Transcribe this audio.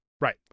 Right